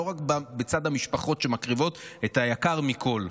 לא רק בצד של המשפחות שמקריבות את היקר מכול,